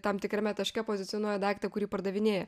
tam tikrame taške pozicionuoja daiktą kurį pardavinėja